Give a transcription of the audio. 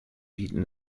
bieten